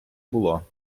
було